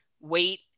wait